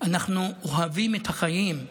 אנחנו אוהבים את החיים,